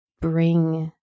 bring